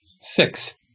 six